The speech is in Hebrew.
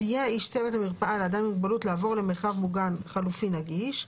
סייע איש צוות המרפאה לאדם עם מוגבלות לעבור למרחב מוגן חלופי נגיש,